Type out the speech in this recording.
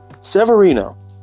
Severino